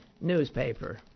newspaper